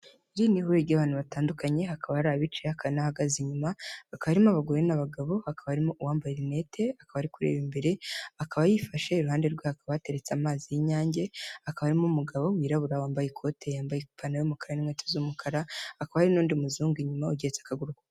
Iri ni ihuriro ry'abantu batandukanye hakaba hari abicaye akanahagaze inyuma hakabamo abagore n'abagabo hakaba harimo uwambaye rinete akaba ari kureba imbere akaba yifashe, iruhande rwe hakaba hteretse amazi y'inyange, hakaba harimo umugabo wirabura wambaye ikote yambaye ipantaro, y'umukara n'inkweto z'umukara akaba hari n'undi muzungu inyuma ugeretse akagury ku kandi.